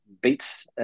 bits